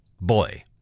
boy